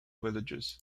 villages